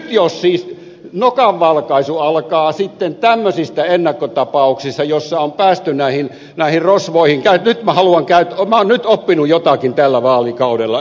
jos siis nokanvalkaisu alkaa tämmöisistä ennakkotapauksista joissa on päästy näihin rosvoihin minä olen nyt oppinut jotakin tällä vaalikaudella ed